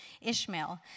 Ishmael